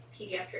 pediatric